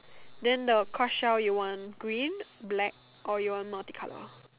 then the crush shell you want green black or you want multi color